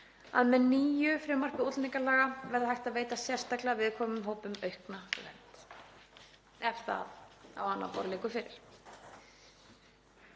að með nýju frumvarpi útlendingalaga verði hægt að veita sérstaklega viðkvæmum hópum aukna vernd, ef það á annað borð liggur fyrir.